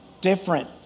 different